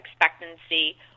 expectancy